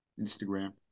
Instagram